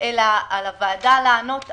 אלא האם יש לתקצב